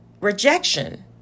Rejection